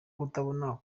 kutabona